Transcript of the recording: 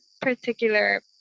particular